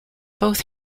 both